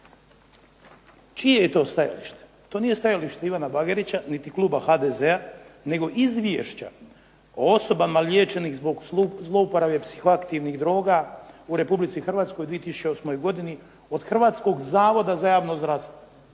Čije je to stajalište? To nije stajalište Ivana Bagarića, niti kluba HDZ-a, nego izvješća o osobama liječenih zbog zlouporabe psihoaktivnih droga u Republici Hrvatskoj u 2008. godini, od Hrvatskog zavoda za javno zdravstvo.